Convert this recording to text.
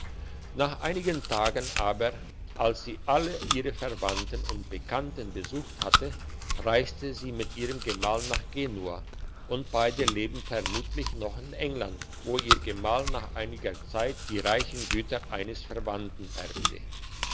nach einigen tagen aber als sie alle ihre verwandten und bekannten besucht hatte reiste sie mit ihrem gemahl nach genua und beide leben vermutlich noch in england wo ihr gemahl nach einiger zeit die reichen güter eines verwandten erbte